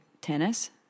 tennis